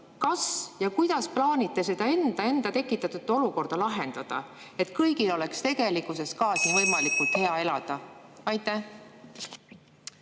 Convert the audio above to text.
kas ja kuidas plaanite seda enda tekitatud olukorda lahendada, et kõigil oleks tegelikkuses ka siin võimalikult hea elada? Ma